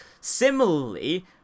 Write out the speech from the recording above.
similarly